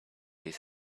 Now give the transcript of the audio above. his